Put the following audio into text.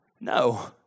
No